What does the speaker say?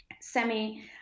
semi-